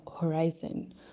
horizon